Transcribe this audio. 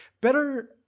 Better